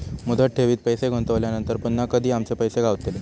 मुदत ठेवीत पैसे गुंतवल्यानंतर पुन्हा कधी आमचे पैसे गावतले?